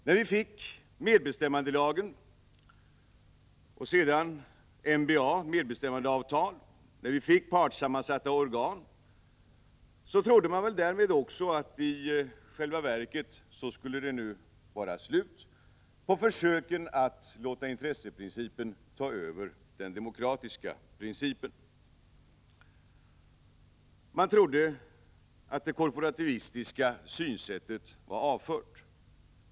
När vi fick medbestämmandelagen och sedan medbestämmandeavtal, MBA, samt partssammansatta organ, trodde man att det därmed också i själva verket skulle vara slut på försöken att låta intresseprincipen ta över den demokratiska principen. Man trodde att det korporativistiska synsättet var avfört.